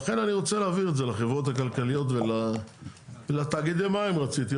לכן אני רוצה להעביר את זה לחברות הכלכליות ולתאגידי המים רציתי,